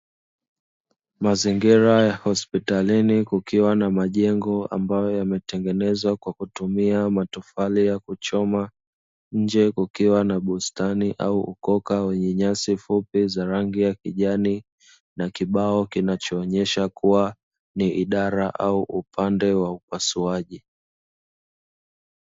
Mazingira ya hospitalini kukiwa na majengo ambayo yametengenezwa kwa kutumia matofali ya kuchoma. Nje kukiwa na bustani au ukoka wenye nyasi fupi za rangi ya kijani, na kibao kinachoonyesha kuwa, ni idara au upande wa upasuaji.